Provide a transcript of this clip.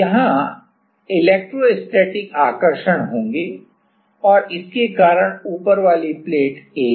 अब यहां इलेक्ट्रोस्टैटिक आकर्षण होंगे और इसके कारण ऊपर वाली प्लेट A